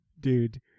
Dude